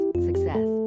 success